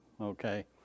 Okay